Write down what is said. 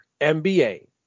MBA